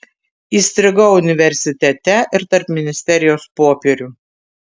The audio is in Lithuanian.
įstrigau universitete ir tarp ministerijos popierių